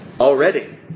already